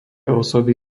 osoby